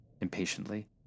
impatiently